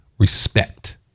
Respect